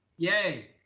yay.